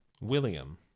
William